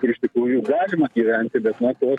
ir iš tikrųjų galima gyventi bet mes juos